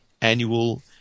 annual